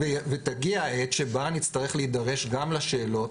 ותגיע העת שבה נצטרך להידרש גם לשאלות